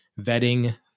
vetting